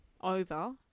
over